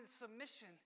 submission